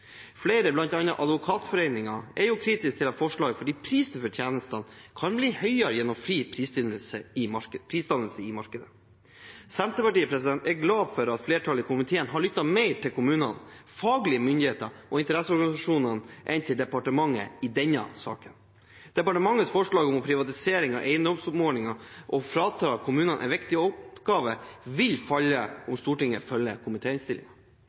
Flere, bl.a. Advokatforeningen, er kritiske til forslaget fordi prisen for tjenestene kan bli høyere gjennom fri prisdannelse i markedet. Senterpartiet er glad for at flertallet i komiteen har lyttet mer til kommunene, faglige myndigheter og interesseorganisasjonene enn til departementet i denne saken. Departementets forslag om privatisering av eiendomsoppmålingen og å frata kommunene en viktig oppgave vil falle om Stortinget følger